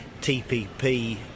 TPP